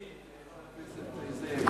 פרט עובדתי, חבר הכנסת נסים זאב.